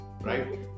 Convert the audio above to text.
right